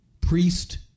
priest